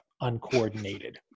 uncoordinated